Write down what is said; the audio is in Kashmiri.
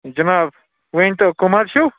جِناب ؤنۍتو کَم حظ چھِو